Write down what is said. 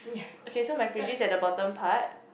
okay so MacRitchie at the bottom part